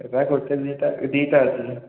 ଏବେ ଆଉ ଗୋଟେ ଦୁଇଟା ଦୁଇଟା ଅଛି